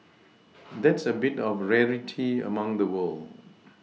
that's a bit of a rarity among the world